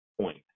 point